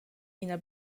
ina